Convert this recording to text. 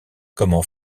comment